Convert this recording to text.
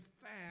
fast